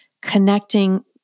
connecting